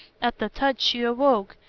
at the touch she awoke,